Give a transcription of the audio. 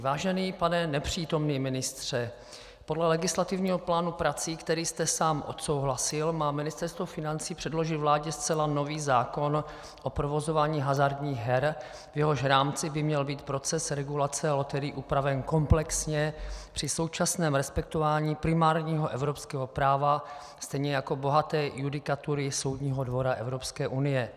Vážený pane nepřítomný ministře, podle legislativního plánu prací, který jste sám odsouhlasil, má Ministerstvo financí předložit vládě zcela nový zákon o provozování hazardních her, v jehož rámci by měl být proces regulace loterií upraven komplexně při současném respektování primárního evropského práva, stejně jako bohaté judikatury Soudního dvora Evropské unie.